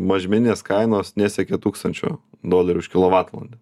mažmeninės kainos nesiekė tūkstančio dolerių už kilovatvalandę